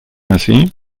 así